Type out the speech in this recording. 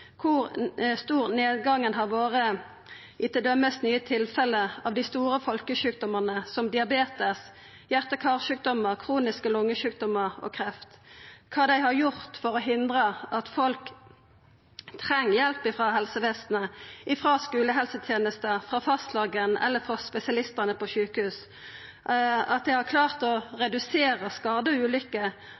kor stor nedgangen har vore i t.d. nye tilfelle av dei store folkesjukdomane som diabetes, hjarte- og karsjukdomar, kroniske lungesjukdomar og kreft, kva dei har gjort for å hindra at folk treng hjelp frå helsevesenet, frå skulehelsetenesta, frå fastlegen eller frå spesialistane på sjukehuset, at dei har klart å redusera skadeulykkene og